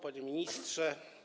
Panie Ministrze!